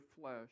flesh